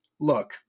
look